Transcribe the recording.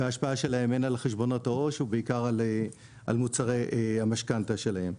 וההשפעה שלהם הן על חשבונות העו"ש ובעיקר על מוצרי המשכנתא שלהם.